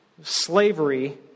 slavery